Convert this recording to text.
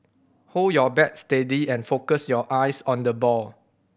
hold your bat steady and focus your eyes on the ball